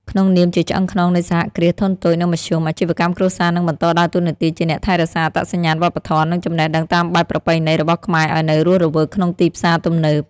ក្នុងនាមជាឆ្អឹងខ្នងនៃសហគ្រាសធុនតូច និងមធ្យម អាជីវកម្មគ្រួសារនឹងបន្តដើរតួនាទីជាអ្នកថែរក្សាអត្តសញ្ញាណវប្បធម៌ និងចំណេះដឹងតាមបែបប្រពៃណីរបស់ខ្មែរឱ្យនៅរស់រវើកក្នុងទីផ្សារទំនើប។